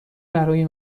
برای